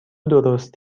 درست